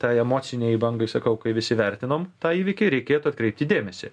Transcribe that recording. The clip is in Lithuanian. tai emocinei bangai sakau kai visi vertinom tą įvykį reikėtų atkreipti dėmesį